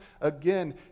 again